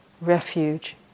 refuge